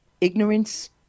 ignorance